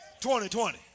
2020